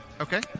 Okay